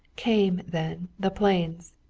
came, then, the planes.